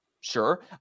Sure